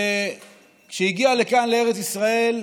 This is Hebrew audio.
שכשהגיע לכאן, לארץ ישראל,